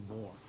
more